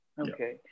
Okay